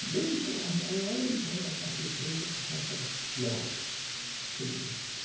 بیٚیہِ چھِ اَسہِ اَمہِ ورٲیی چھِ ہسا اَسہِ فیٚورٕٹٕس ہسا چھِ اَسہِ گرٛاوُنٛڈ پٕلے گرٛاوُنٛڈ